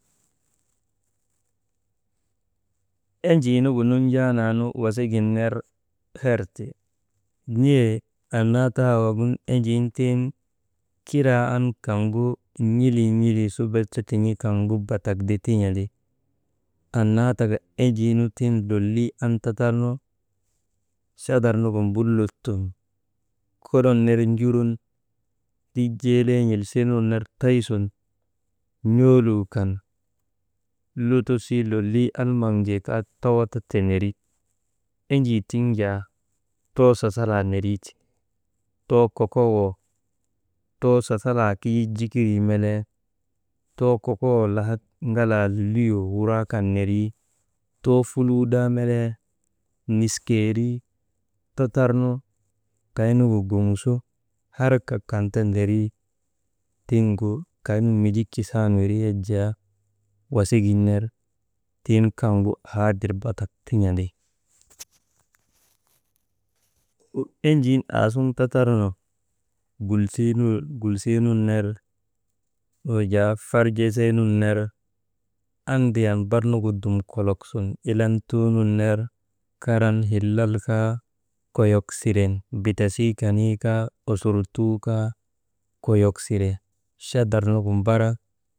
Enjii nuŋu nunjaanaanu wasik gin ner herti, n̰ee annaa taawaŋunu, enjii tiŋ kiraa an kaŋgu n̰ilii, n̰ilii su bes tin̰i kaŋgu batak de tin̰andi, annaa taka enjiinu tiŋ lolii an tatarnu sadar nugu mbullut sun koron ner njurun, rijeelee n̰ilisir nun ner taysun, n̰oolu kan lutusii lolii almaŋjee kaa tawa ta teneri, enjii tiŋ jaa too sasalaa neriiti, too kokowoo, too sasalaa kidjijikirii melee, too kokowoo, lahat galaa liliyoo wuraa kan nerii, too fuluudaa melee niskerii, tatarnu kaynu guŋsu harkak kan ta nerii tiŋgu kaynu midji kisan wiri yak jaa wasigin ner tiŋ kaŋgu haadir batak tin̰andi. Enjii aasuŋun tatarnu «hesitation» gulsii nun ner, wujaa farjesee nun ner, andriyan bar nugu dum kolok sun ilantuu nun ner karan, hillal kaa koyok siren bitasii kanii kaa, osurtuu kaa, koyok sire sadar nuŋgu mbara.